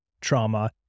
trauma